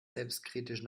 selbstkritisch